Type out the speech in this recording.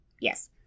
Yes